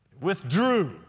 withdrew